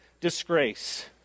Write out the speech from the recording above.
disgrace